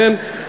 כן?